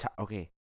Okay